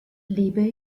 lebe